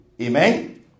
Amen